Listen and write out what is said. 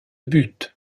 but